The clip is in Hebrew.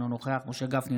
אינו נוכח משה גפני,